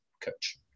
coach